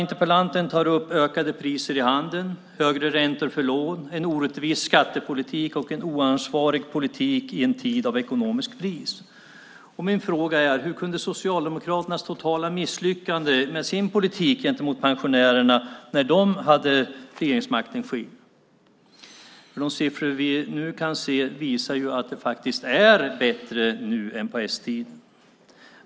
Interpellanten tar upp ökade priser i handeln, högre räntor för lån, en orättvis skattepolitik och en oansvarig politik i en tid av ekonomisk kris. Min fråga är: Hur kunde Socialdemokraternas totala misslyckande med sin politik gentemot pensionärerna när de hade regeringsmakten ske? De siffror vi nu kan se visar ju att det faktiskt är bättre nu än på s-tiden.